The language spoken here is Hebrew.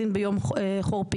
להזין ביום חורפי,